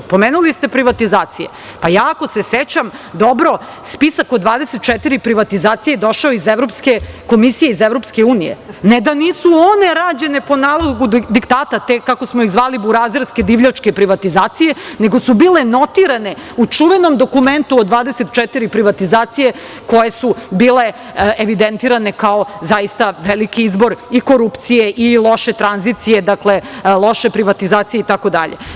Spomenuli ste privatizacije, ako se sećam dobro spisak od 24 privatizacije je došao iz Evropske komisije iz Evropske unije, ne da nisu one rađene po nalogu diktata te, kako smo ih zvali, burazerske divljačke privatizacije, nego su bile notirane u čuvenom dokumentu od 24 privatizacije koje su bile evidentirane kao zaista veliki izbor i korupcije i loše tranzicije, dakle, loše privatizacije itd.